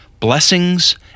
Blessings